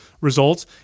results